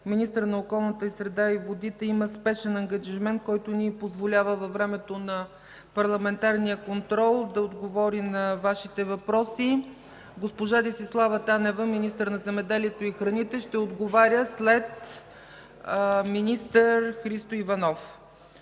министър на околната среда и водите, има спешен ангажимент, който не й позволява във времето на парламентарния контрол да отговори на Вашите въпроси. Госпожа Десислава Танева – министър на земеделието и храните, ще отговаря след министър Христо Иванов.